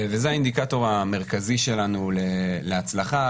וזה האינדיקטור המרכזי שלנו להצלחה.